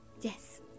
Yes